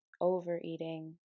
overeating